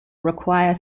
require